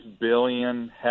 billion